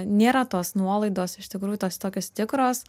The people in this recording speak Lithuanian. nėra tos nuolaidos iš tikrųjų tos tokios tikros